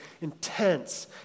intense